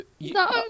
no